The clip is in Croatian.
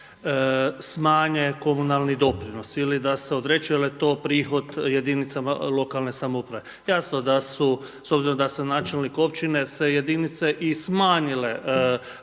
smanje komunalni doprinos ili da se odrekne jer je to prihod jedinicama lokalne samouprave. Jasno da su, s obzirom da sam načelnik općine sve jedinice i smanjile većinski